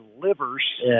Livers